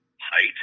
height –